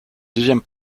deuxième